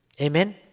Amen